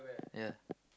ya